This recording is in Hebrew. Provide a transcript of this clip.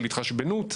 של התחשבנות.